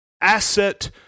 asset